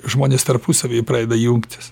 žmonės tarpusavyje pradeda jungtis